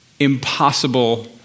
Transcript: impossible